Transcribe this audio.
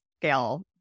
scale